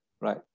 right